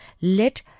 Let